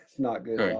not good.